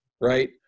right